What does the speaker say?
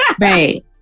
right